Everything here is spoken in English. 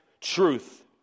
truth